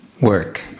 work